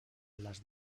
les